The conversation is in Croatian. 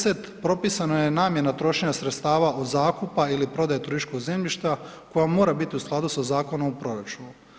10, propisano je namjena trošenja sredstava od zakupa ili prodaje turističkog zemljišta koja mora biti u skladu sa Zakonom o proračunu.